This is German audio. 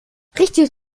richtig